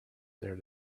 there